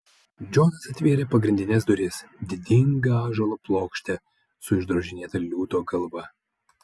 džonas atvėrė pagrindines duris didingą ąžuolo plokštę su išdrožinėta liūto galva